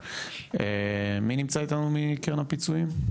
מי נמצא איתנו בקרן הפיצויים?